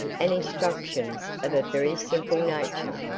and instructions of a very simple nature,